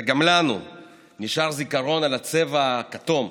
וגם לנו נשאר זיכרון של הצבע הכתום,